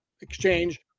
exchange